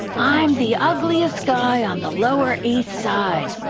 i'm the ugliest guy on the lower east side,